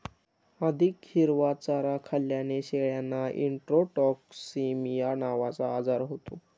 अधिक हिरवा चारा खाल्ल्याने शेळ्यांना इंट्रोटॉक्सिमिया नावाचा आजार होतो